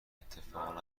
اتفاق